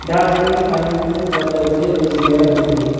Darjeeling Kalimpong Jalpaiguri Cooch Behar Hooghly